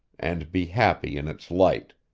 and be happy in its light.